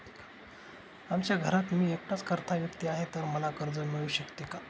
आमच्या घरात मी एकटाच कर्ता व्यक्ती आहे, तर मला कर्ज मिळू शकते का?